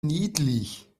niedlich